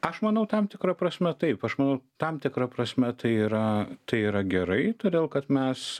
aš manau tam tikra prasme taip aš manau tam tikra prasme tai yra tai yra gerai todėl kad mes